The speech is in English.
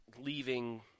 leaving